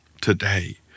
today